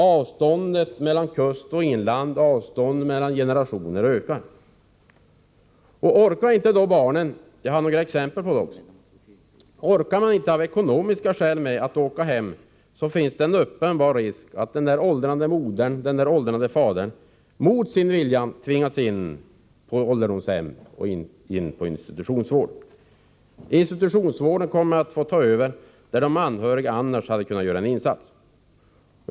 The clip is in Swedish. Avståndet mellan kust och inland och avståndet mellan generationerna ökar. Orkar barnen av ekonomiska skäl inte — jag har exempel på det — resa hem, är risken uppenbar att den åldrande modern eller den åldrande fadern mot sin vilja tvingas in på ålderdomshem eller till annan institutionsvård. Institutionsvården kommer att få ta över där de anhöriga annars hade kunnat göra en insats.